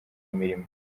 imirimo